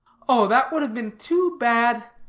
oh that would have been too bad.